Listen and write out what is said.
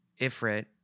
ifrit